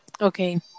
Okay